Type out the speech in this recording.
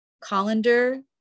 colander